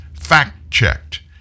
fact-checked